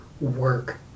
work